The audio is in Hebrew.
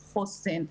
חוסן,